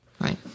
Right